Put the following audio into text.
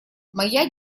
моя